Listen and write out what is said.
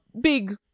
big